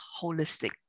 holistic